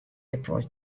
approached